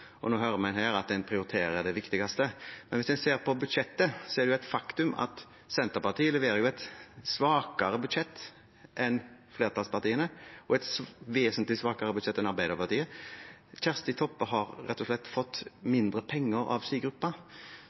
Nå hører vi her at en prioriterer det viktigste, men hvis vi ser på budsjettet, er det et faktum at Senterpartiet leverer et svakere budsjett enn flertallspartiene og et vesentlig svakere budsjett enn Arbeiderpartiet. Kjersti Toppe har rett og slett fått mindre penger av sin gruppe.